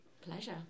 Pleasure